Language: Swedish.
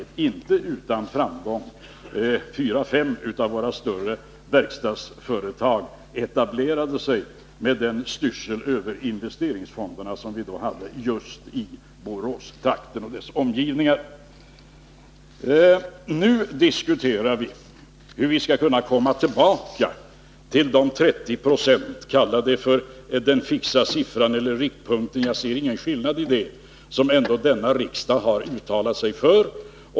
Det skedde inte utan framgång — fyra fem av våra större verkstadsföretag etablerade sig med den styrsel över investeringsfonderna som vi då hade just i Boråstrakten och dess omgivningar. Nu diskuterar vi hur vi skall kunna komma tillbaka till de 30 procenten — kalla det för den fixa siffran eller riktpunkten, jag ser ingen skillnad i det avseendet — som denna riksdag ändå har uttalat sig för.